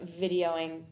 videoing